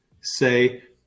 say